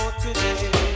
today